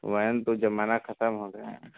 van तो जमाना ख़त्म हो गया है